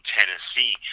Tennessee